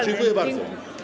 Dziękuję bardzo.